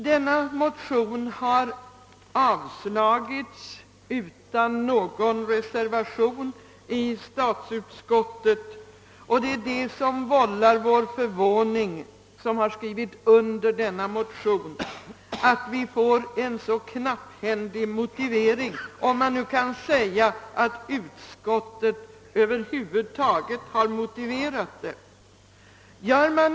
Denna motion har avstyrkts av statsutskottet utan någon reservation. Det förvånar oss, som skrivit under motionen, att vi får en så knapphändig motivering, om man nu ens kan säga, att utskottet över huvud taget har motiverat sitt avstyrkande.